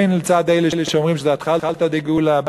בין מצד אלה שאומרים שזה אתחלתא דגאולה,